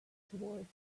towards